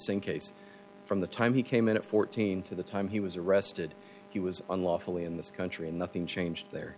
case from the time he came in at fourteen to the time he was arrested he was unlawfully in this country and nothing change there